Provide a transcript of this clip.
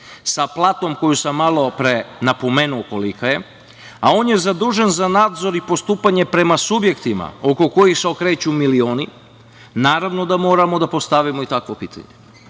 sa platom za koju na malopre napomenuo kolika je, a on je zadužen za nadzor i postupanje prema subjektima oko kojih se okreću milioni naravno da moramo da postavimo i takvo pitanje. Dakle,